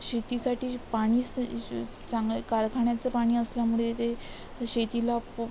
शेतीसाठी ज् पाणी स् श् चांगल्या कारखान्याचं पाणी असल्यामुळे ते शेतीला पु